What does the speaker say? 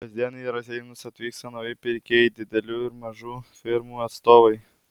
kasdien į raseinius atvyksta nauji pirkėjai didelių ir mažų firmų atstovai